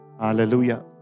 hallelujah